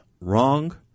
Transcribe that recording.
wrong